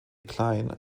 klein